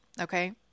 Okay